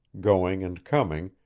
going and coming,